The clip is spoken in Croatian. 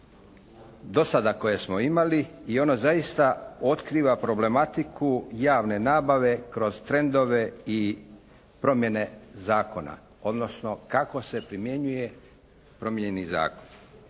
dosada koje smo imali i ono zaista otkriva problematiku javne nabave kroz trendove i promjene zakona, odnosno kako se primjenjuje promijenjeni zakon.